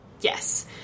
Yes